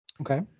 okay